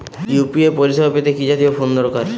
UPI পরিসেবা পেতে কি জাতীয় ফোন দরকার?